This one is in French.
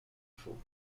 faux